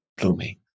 blooming